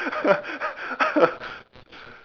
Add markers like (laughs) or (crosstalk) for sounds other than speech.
(laughs)